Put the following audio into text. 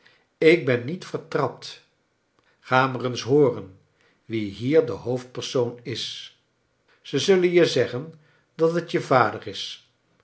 ik ben niet vertrapt ga maar eens hooren wie hier de hoofdpersoon is i ze zullen je zeggen dat het je vader is